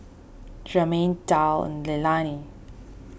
Jermain Darl and Leilani